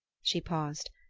she paused.